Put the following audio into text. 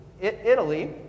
Italy